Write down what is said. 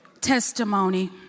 testimony